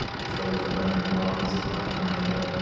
the troubled romantic marbles of michael angelo,